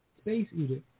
space-eater